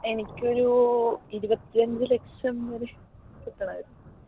എനിക്ക് ഒരു ഇരുപത്തിയഞ്ച് ലക്ഷം വരെ കിട്ടണമായിരുന്നു